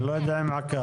אני לא יודע אם עקבת.